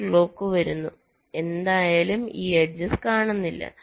ഈ ക്ലോക്ക് വരുന്നു എന്തായാലും ഈ എഡ്ജസ് കാണുന്നില്ല